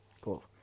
cool